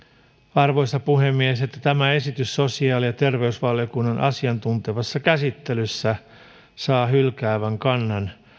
arvoisa puhemies että esitys sosiaali ja terveysvaliokunnan asiantuntevassa käsittelyssä saa hylkäävän kannan